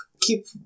keep